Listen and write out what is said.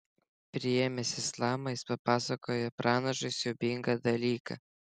priėmęs islamą jis papasakojo pranašui siaubingą dalyką